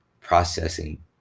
processing